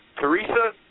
Teresa